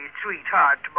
sweetheart